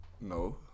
No